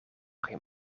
geen